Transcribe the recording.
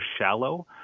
shallow